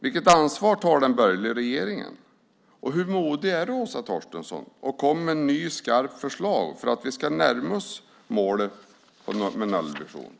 Vilket ansvar tar den borgerliga regeringen? Hur modig är Åsa Torstensson att komma med nya skarpa förslag för att vi ska närma oss målet om nollvisionen?